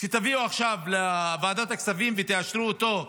שתביאו לוועדת הכספים ותאשרו אותו,